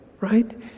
right